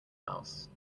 mouse